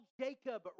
Jacob